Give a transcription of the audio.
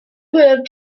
moved